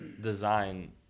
design